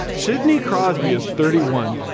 sidney crosby is thirty one.